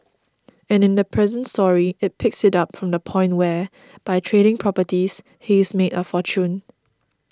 and in the present story it picks it up from the point where by trading properties he's made a fortune